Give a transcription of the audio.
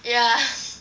ya